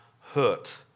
hurt